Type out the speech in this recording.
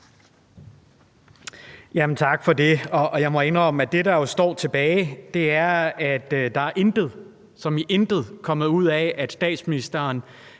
at det, der jo står tilbage, er, at der intet, som i intet, er kommet ud af, at statsministeren